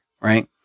Right